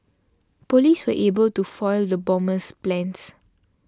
police were able to foil the bomber's plans